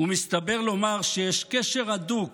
ומסתבר לומר שיש קשר הדוק